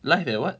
live at what